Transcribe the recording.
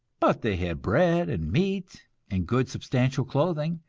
but they had bread and meat and good substantial clothing,